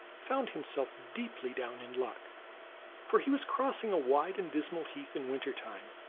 found him self deeply down in luck for he was crossing a wide and dismal heath in winter-time,